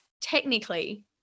technically